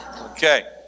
Okay